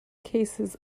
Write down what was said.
cases